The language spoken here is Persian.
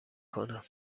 کنم